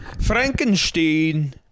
Frankenstein